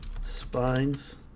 spines